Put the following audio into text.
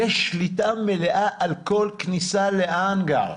יש שליטה מלאה על כל כניסה להאנגר,